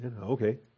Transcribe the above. okay